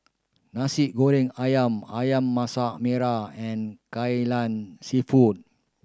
Nasi Goreng Ayam Ayam Masak Merah and Kai Lan Seafood